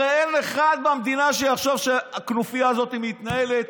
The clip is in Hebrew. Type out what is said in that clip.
הרי אין אחד במדינה שיחשוב שהכנופיה הזאת מתנהלת